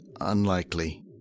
unlikely